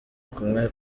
kumwe